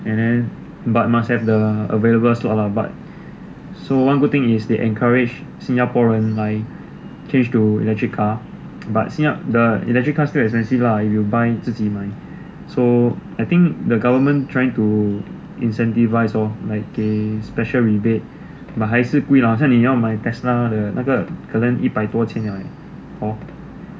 and then but must have the available slot lah so one good thing is that they encourage 新加坡人来 change to electric car but the electric cars still expensive lah if you buy 自己买 so I think the government try to trying to incentivise lor like 给 special rebate but 还是贵啦好像你要买 Tesla 的那个一百多千 hor